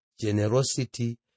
generosity